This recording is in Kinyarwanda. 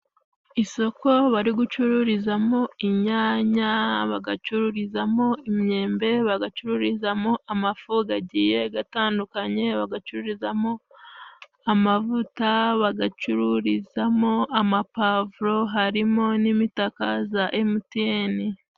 Isoko bari gucururizamo inyanya, bagacururizamo imyembe, bagacururizamo amafu gagiye gatandukanye, bagacururizamo amavuta, bagacururizamo amapavuro, harimo n'imitaka za emutiyeni.